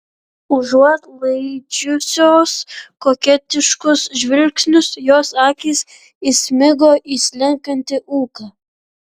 užuot laidžiusios koketiškus žvilgsnius jos akys įsmigo į slenkantį ūką